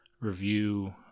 review